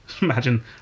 Imagine